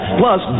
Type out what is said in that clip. plus